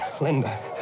Linda